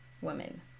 woman